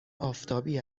آفتابی